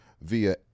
via